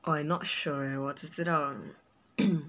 I not sure leh 我只知道